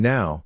Now